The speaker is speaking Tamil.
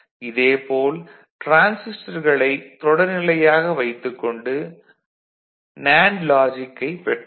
இதேபோல் டிரான்சிஸ்டர்களை தொடர்நிலையாக வைத்து நேண்டு லாஜிக்கைப் பெற்றோம்